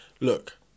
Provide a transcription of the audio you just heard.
Look